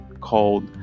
called